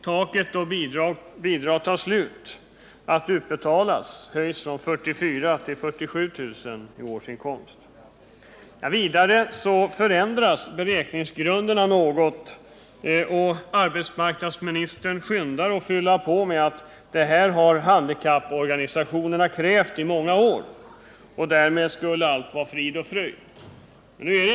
Taket där utbetalning av bidrag upphör höjs från 44 000 till 47 000 kr. i årsinkomst. Vidare förändras beräkningsgrunderna något, och arbetsmarknadsministern skyndar att fylla på med att detta har handikapporganisationerna krävt i många år — därmed skulle allt vara frid och fröjd.